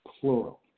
plural